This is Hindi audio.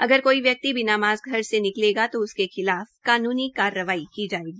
अगर कोई व्यक्ति बिना मास्क के घर से निकलेगा तो उसके खिलाफ कान्नी कार्रवाई की जायेगी